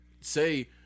say